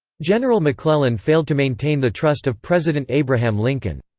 general mcclellan failed to maintain the trust of president abraham lincoln.